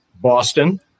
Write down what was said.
Boston